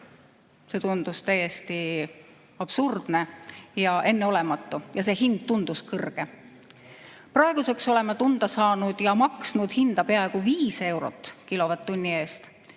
See tundus täiesti absurdne ja enneolematu, see hind tundus kõrge. Praeguseks oleme tunda saanud ja maksnud hinda peaaegu 5 eurot kilovatt-tunni eest